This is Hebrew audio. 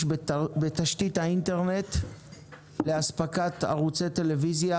בתשתית האינטרנט לאספקת ערוצי טלוויזיה,